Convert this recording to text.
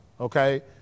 okay